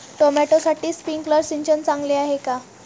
टोमॅटोसाठी स्प्रिंकलर सिंचन चांगले आहे का?